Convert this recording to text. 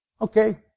Okay